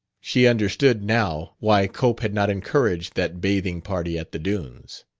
she understood, now, why cope had not encouraged that bathing party at the dunes.